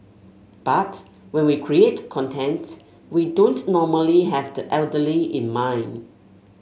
but when we create content we don't normally have the elderly in mind